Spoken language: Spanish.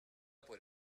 por